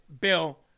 bill